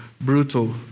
brutal